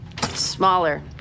Smaller